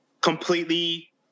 completely